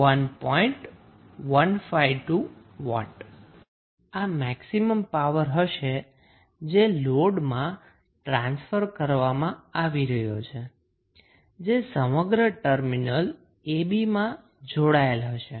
52W આ maximum power હશે જે લોડમાં ટ્રાન્સફર કરવામાં આવી રહી છે જે સમગ્ર ટર્મિનલ ab માં જોડાયેલ હશે